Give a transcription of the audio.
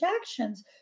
actions